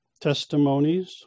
testimonies